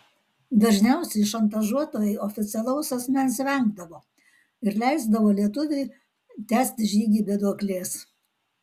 dažniausiai šantažuotojai oficialaus asmens vengdavo ir leisdavo lietuviui tęsti žygį be duoklės